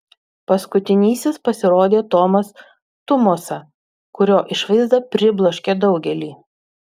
paskutinysis pasirodė tomas tumosa kurio išvaizda pribloškė daugelį